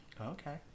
Okay